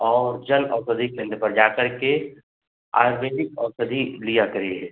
और जन्म औषधि केंद्र पर जा करके आर्वेदी औषधि लिया करिए